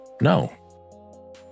No